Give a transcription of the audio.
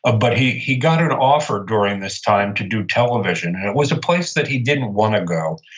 ah but he he got an offer during this time to do television. and it was a place that he didn't want to go.